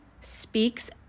speaks